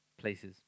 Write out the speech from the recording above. places